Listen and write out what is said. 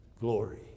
glory